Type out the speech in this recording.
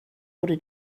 wurde